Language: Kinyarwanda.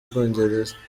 bwongereza